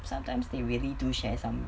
sometimes they really do share some